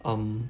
um